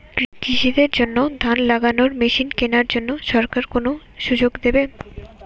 কৃষি দের জন্য ধান লাগানোর মেশিন কেনার জন্য সরকার কোন সুযোগ দেবে?